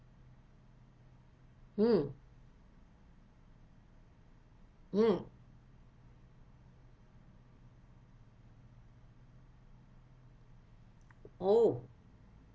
mm mm oh